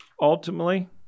ultimately